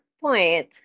point